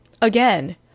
Again